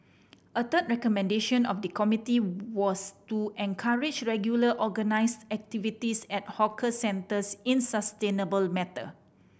a third recommendation of the committee was to encourage regular organise activities at hawker centres in sustainable matter